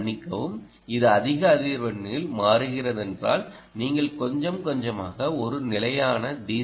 மன்னிக்கவும் இது அதிக அதிர்வெண்ணில் மாறுகிறதென்றால் நீங்கள் கொஞ்சம் கொஞ்சமாக ஒரு நிலையான டி